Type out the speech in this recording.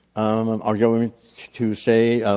um and are going to say, ah